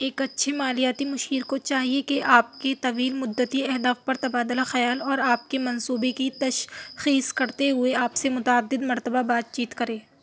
ایک اچھے مالیاتی مشیر کو چاہیے کہ آپ کے طویل مدتی اہداف پر تبادلہ خیال اور آپ کے منصوبے کی تش خیص کرتے ہوئے آپ سے متعدد مرتبہ بات چیت کرے